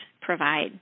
provide